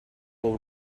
will